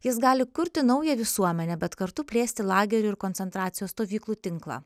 jis gali kurti naują visuomenę bet kartu plėsti lagerių ir koncentracijos stovyklų tinklą